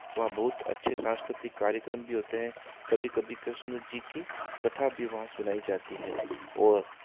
वहाँ बहुत अच्छे सांस्कृतिक कार्यक्रम भी होते हैं कभी कभी कृष्ण जी की कथा भी वहाँ सुनाई जाती है और